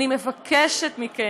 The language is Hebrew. אני מבקשת מכם,